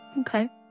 Okay